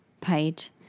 page